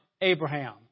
Abraham